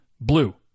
blue